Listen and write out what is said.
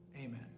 Amen